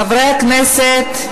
חברי הכנסת.